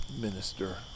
minister